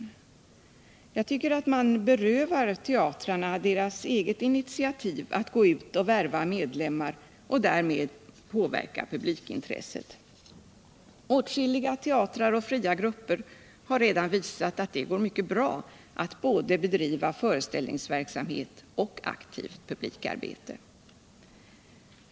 Sag tycker att man berövar teatrarna deras eget initiativ alt gå ut och värva medlemmar och därmed påverka publikintresset. Åtskilliga teatrar och fria grupper har redan visat att det går mycket bra att bedriva både föreställningsverksamhet och aktivt publikarbete.